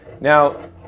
Now